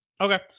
okay